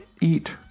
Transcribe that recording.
Eat